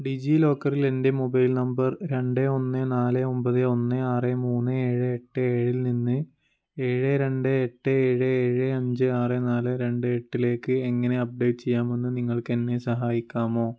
ഡിജിലോക്കറിൽ എൻ്റെ mobile number രണ്ട് ഒന്ന് നാല് ഒമ്പത് ഒന്ന് ആറ് മൂന്ന് ഏഴ് എട്ട് ഏഴിൽ നിന്ന് ഏഴ് രണ്ട് എട്ട് ഏഴ് ഏഴ് അഞ്ചെ് ആറ് നാല് രണ്ട് എട്ടിലേക്ക് എങ്ങനെ അപ്ഡേറ്റ് ചെയ്യാമെന്ന് നിങ്ങൾക്കെന്നെ സഹായിക്കാമോ